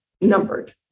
numbered